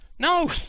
No